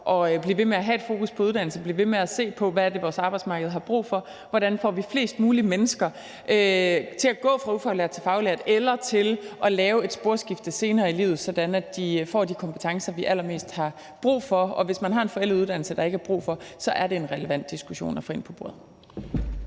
at blive ved med at have et fokus på uddannelse og blive ved med at se på: Hvad er det, vores arbejdsmarked har brug for? Hvordan får vi flest mulige mennesker til at gå fra ufaglært til faglært eller til at lave et sporskifte senere i livet, sådan at de får de kompetencer, vi har allermest brug for? Og hvis man har en forældet uddannelse, der ikke er brug for, er det en relevant diskussion at få ind på bordet.